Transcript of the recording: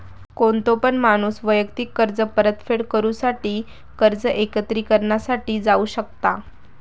कोणतो पण माणूस वैयक्तिक कर्ज परतफेड करूसाठी कर्ज एकत्रिकरणा साठी जाऊ शकता